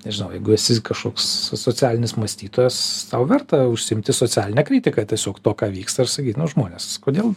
nežinau jeigu esi kažkoks so socialinis mąstytojas tau verta užsiimti socialine kritika tiesiog to ką vyksta ir sakyt nu žmonės kodėl